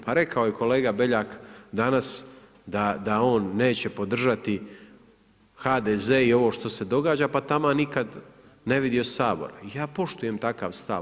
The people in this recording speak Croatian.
Pa rekao je kolega Beljak danas da on neće podržati HDZ i ovo što se događa, pa taman nikad ne vidio Sabora i ja poštujem takav stav.